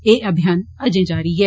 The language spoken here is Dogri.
ऐ अभियान अजें जारी ऐ